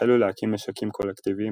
החלו להקים משקים קולקטיביים,